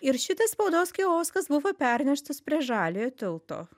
ir šitas spaudos kioskas buvo perneštas prie žaliojo tilto